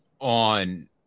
on